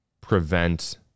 prevent